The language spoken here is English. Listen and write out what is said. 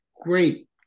great